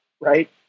right